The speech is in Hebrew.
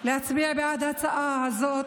להצביע בעד ההצעה הזאת,